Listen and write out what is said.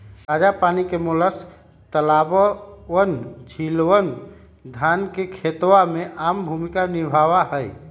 ताजा पानी के मोलस्क तालाबअन, झीलवन, धान के खेतवा में आम भूमिका निभावा हई